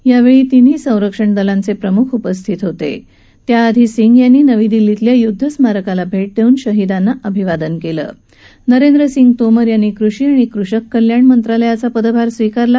यावळी तीनही संरक्षण दलांच प्रमुख यावळी उपस्थित होत त्याआधी सिंह यांनी नवी दिल्लीतल्या य्द्ध स्मारकाला भा दरून शहिदांना अभिवादन कालं नरेंद्र सिंह तोमर यांनी कृषी आणि कृषक कल्याण मंत्रालयाचा पदभार स्वीकारला